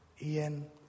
Ian